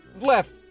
left